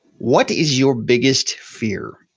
what is your biggest fear?